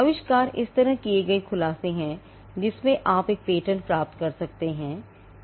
आविष्कार इस तरह से किए गए खुलासे हैं जिसमें आप एक पेटेंट प्राप्त कर सकते हैं